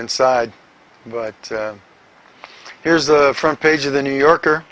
inside but here's the front page of the new yorker